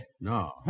No